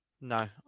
No